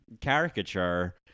caricature